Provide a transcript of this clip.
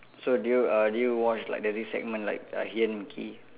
so do you uh do you watch like there's this segment like uh hidden mickey